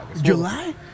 July